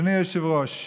אדוני היושב-ראש,